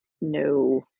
no